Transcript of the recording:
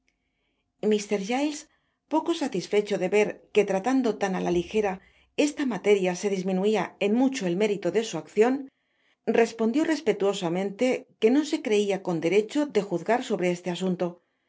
giles poco satisfecho de ver que tratando tan á la ligera esta materia se disminuia en mucho el mérito de su accion respondió respetuosamente que no se creia con derecho de juzgar sobre este asunto